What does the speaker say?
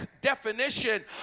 definition